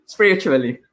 Spiritually